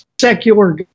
secular